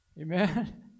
Amen